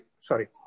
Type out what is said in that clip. sorry